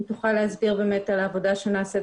היא תוכל להסביר באמת על העבודה שנעשית